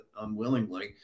unwillingly